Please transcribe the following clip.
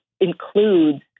includes